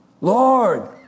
Lord